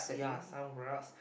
ya some grass